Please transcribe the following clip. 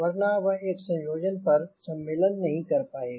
वरना वह एक संयोजन पर सम्मेलन नहीं कर पाएगा